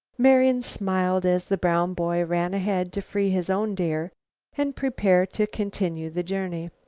marian smiled as the brown boy ran ahead to free his own deer and prepare to continue the journey.